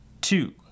two